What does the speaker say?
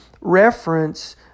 reference